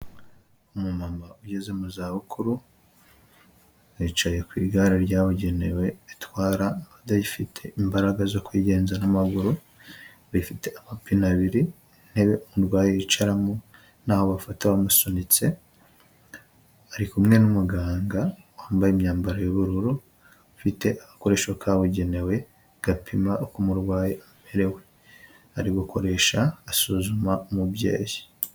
Umu mama ugeze mu za bukuru yicaye ku igare ryabugenewe ritwara abadafite imbaraga zo kwigenza n'amaguru, rifite amapine abiri, intebe umurwayi yicaramo, n'aho bafata bamusunitse , ari kumwe n'umuganga wambaye imyambaro y'ubururu ufite agakoresho kabugenewe gapima uko umurwayi amerewe, ari gukoresha asuzuma umubyeyi.